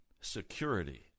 security